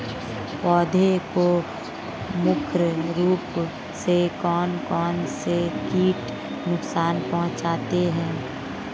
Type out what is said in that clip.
पौधों को प्रमुख रूप से कौन कौन से कीट नुकसान पहुंचाते हैं?